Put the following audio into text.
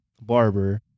barber